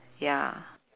ya